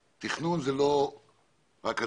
תכנון זה לא רק אדריכלות.